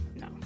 no